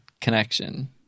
connection